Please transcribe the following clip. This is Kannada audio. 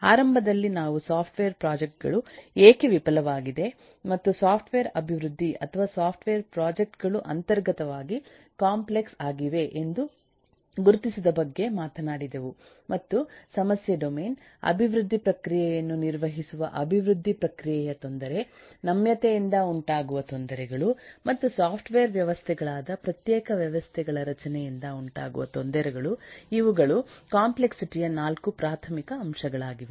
ಆರಂಭದಲ್ಲಿ ನಾವು ಸಾಫ್ಟ್ವೇರ್ ಪ್ರಾಜೆಕ್ಟ್ ಗಳು ಏಕೆ ವಿಫಲವಾಗಿದೆ ಮತ್ತು ಸಾಫ್ಟ್ವೇರ್ ಅಭಿವೃದ್ಧಿ ಅಥವಾ ಸಾಫ್ಟ್ವೇರ್ ಪ್ರಾಜೆಕ್ಟ್ ಗಳು ಅಂತರ್ಗತವಾಗಿ ಕಾಂಪ್ಲೆಕ್ಸ್ ಆಗಿವೆ ಎಂದು ಗುರುತಿಸಿದ ಬಗ್ಗೆ ಮಾತನಾಡಿದೆವು ಮತ್ತು ಸಮಸ್ಯೆ ಡೊಮೇನ್ ಅಭಿವೃದ್ಧಿ ಪ್ರಕ್ರಿಯೆಯನ್ನು ನಿರ್ವಹಿಸುವ ಅಭಿವೃದ್ಧಿ ಪ್ರಕ್ರಿಯೆಯ ತೊಂದರೆ ನಮ್ಯತೆಯಿಂದ ಉಂಟಾಗುವ ತೊಂದರೆಗಳು ಮತ್ತು ಸಾಫ್ಟ್ವೇರ್ ವ್ಯವಸ್ಥೆಗಳಾದ ಪ್ರತ್ಯೇಕ ವ್ಯವಸ್ಥೆಗಳ ರಚನೆಯಿಂದ ಉಂಟಾಗುವ ತೊಂದರೆಗಳು ಇವುಗಳು ಕಾಂಪ್ಲೆಕ್ಸಿಟಿ ಯ 4 ಪ್ರಾಥಮಿಕ ಅಂಶಗಳಾಗಿವೆ